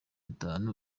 itanu